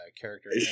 character